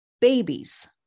Babies